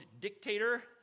dictator